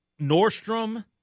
Nordstrom